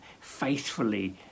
faithfully